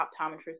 optometrist